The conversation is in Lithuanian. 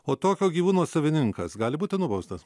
o tokio gyvūno savininkas gali būti nubaustas